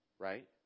Right